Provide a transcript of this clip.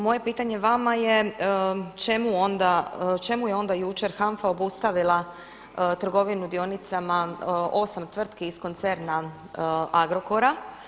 Moje pitanje vama je, čemu je onda jučer HANFA obustavila trgovinu dionicama osam tvrtki iz koncerna Agrokora?